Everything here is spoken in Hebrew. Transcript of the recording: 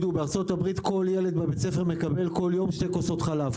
בארה"ב כל ילד בבית הספר מקבל כל יום שתי כוסות חלב.